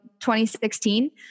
2016